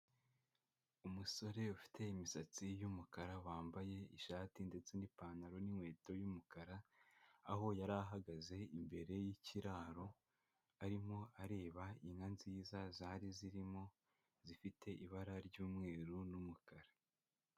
Umusore ufite imisatsi y'umukara, wambaye ishati ndetse n'ipantaro n'inkweto y'umukara, aho yari ahagaze imbere y'ikiraro, arimo areba inka nziza zari zirimo, zifite ibara ry'umweru n'umukara.